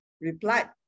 replied